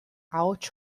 ahots